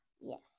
Yes